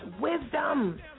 wisdom